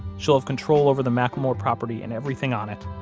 she'll have control over the mclemore property and everything on it.